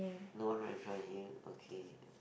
no one right in front of him okay